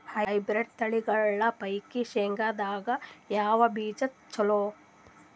Hybrid ತಳಿಗಳ ಪೈಕಿ ಶೇಂಗದಾಗ ಯಾವ ಬೀಜ ಚಲೋ?